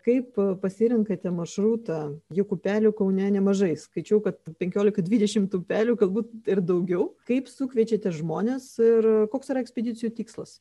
kaip pasirenkate maršrutą juk upelių kaune nemažai skaičiau kad penkiolika dvidešimt upelių galbūt ir daugiau kaip sukviečiate žmones ir koks yra ekspedicijų tikslas